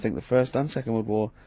the first and second world war,